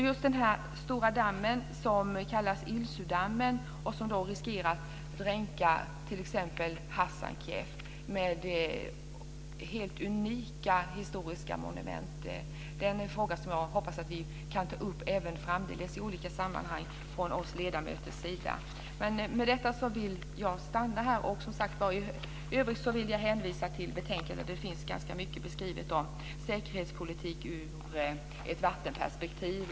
Just den här stora dammen, som kallas Ilisudammen och som riskerar att dränka t.ex. Hasankeyf med helt unika historiska monument, är en fråga som jag hoppas att vi ledamöter kan ta upp även framdeles i olika sammanhang. Med detta vill jag avsluta här. I övrigt vill jag hänvisa till betänkandet. Där finns ganska mycket beskrivet om säkerhetspolitik ur ett vattenperspektiv.